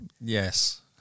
Yes